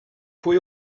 pwy